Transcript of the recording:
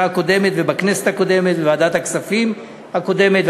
הקודמת ובכנסת הקודמת בוועדת הכספים הקודמת,